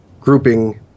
grouping